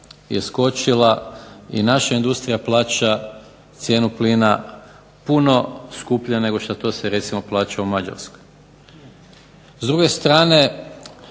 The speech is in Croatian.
je skočila i naša industrija plaća cijenu plina puno skuplje nego što se to recimo plaća u Mađarskoj. S druge strane,